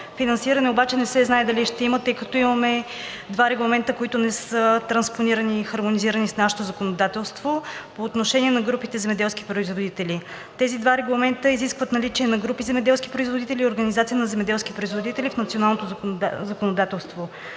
Финансиране обаче не се знае дали ще има, тъй като имаме два регламента, които не са транспонирани и хармонизирани с нашето законодателство по отношение на групите земеделски производители. Тези два регламента изискват наличие на групи земеделски производители и организации на земеделски производители в националното законодателство.